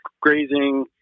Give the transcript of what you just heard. grazing